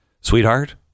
Sweetheart